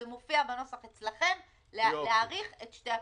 זה מופיע בנוסח אצלכם להאריך את שתי הפעימות.